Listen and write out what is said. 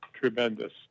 tremendous